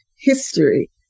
history